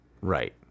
right